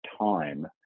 time